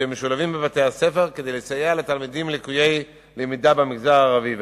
שמשולבים בבתי-הספר כדי לסייע לתלמידים לקויי למידה במגזר הערבי.